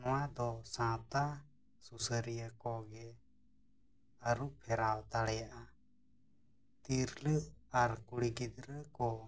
ᱱᱚᱣᱟᱫᱚ ᱥᱟᱶᱛᱟ ᱥᱩᱥᱟᱹᱨᱤᱭᱟᱹ ᱠᱚᱜᱮ ᱟᱹᱨᱩᱼᱯᱷᱮᱨᱟᱣ ᱫᱟᱲᱮᱭᱟᱜᱼᱟ ᱛᱤᱨᱞᱟᱹ ᱟᱨ ᱠᱩᱲᱤ ᱜᱤᱫᱽᱨᱟᱹ ᱠᱚ